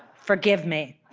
forgive me